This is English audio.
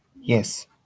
Yes